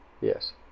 Yes